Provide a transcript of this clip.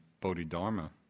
Bodhidharma